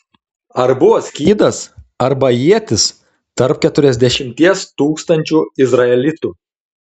ar buvo skydas arba ietis tarp keturiasdešimties tūkstančių izraelitų